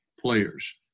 players